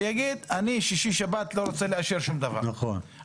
וזה גם יוסיף כוח אדם למכון שכל כך משווע לכוח אדם.